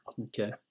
Okay